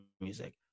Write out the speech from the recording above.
music